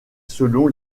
selon